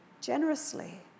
generously